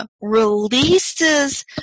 releases